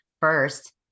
first